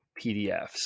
PDFs